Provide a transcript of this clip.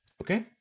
Okay